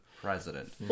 president